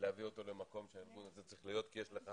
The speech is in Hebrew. להביא אותו למקום שהארגון הזה צריך להיות כי יש לך